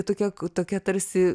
tokia tokia tarsi